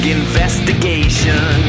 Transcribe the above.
investigation